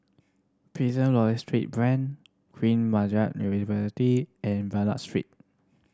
Prison Logistry Branch Queen Margaret University and Bernam Street